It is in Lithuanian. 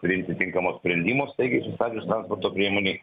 priimti tinkamo sprendimo staigiai sustabdžius transporto priemonę